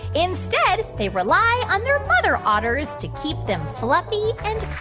instead, they rely on their mother otters to keep them fluffy and